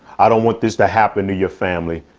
i don't want this to happen to your family.